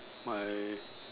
my